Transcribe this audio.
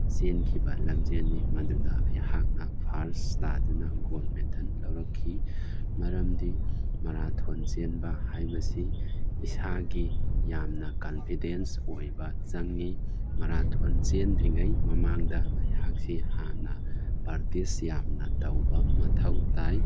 ꯆꯦꯟꯈꯤꯕ ꯂꯝꯖꯦꯜꯅꯤ ꯃꯗꯨꯗ ꯑꯩꯍꯥꯛꯅ ꯐꯥꯔꯁ ꯇꯥꯗꯨꯅ ꯒꯣꯜ ꯃꯦꯗꯜ ꯂꯧꯔꯛꯈꯤ ꯃꯔꯝꯗꯤ ꯃꯔꯥꯊꯣꯟ ꯆꯦꯟꯕ ꯍꯥꯏꯕꯁꯤ ꯏꯁꯥꯒꯤ ꯌꯥꯝꯅ ꯀꯟꯐꯤꯗꯦꯟꯁ ꯑꯣꯏꯕ ꯆꯪꯉꯤ ꯃꯔꯥꯊꯣꯟ ꯆꯦꯟꯗ꯭ꯔꯤꯉꯩꯒꯤ ꯃꯃꯥꯡꯗ ꯑꯩꯍꯥꯛꯁꯤ ꯍꯥꯟꯅ ꯄ꯭ꯔꯥꯛꯇꯤꯁ ꯌꯥꯝꯅ ꯇꯧꯕ ꯃꯊꯧ ꯇꯥꯏ